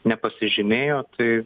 nepasižymėjo tai